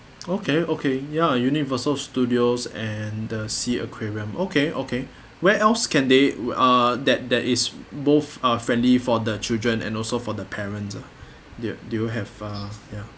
okay okay ya universal studios and the sea aquarium okay okay where else can they uh that that is both uh friendly for the children and also for the parents ah do you do you have uh ya